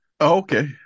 okay